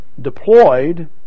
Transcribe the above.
deployed